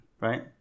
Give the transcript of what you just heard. Right